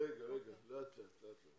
רגע, לאט לאט.